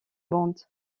bande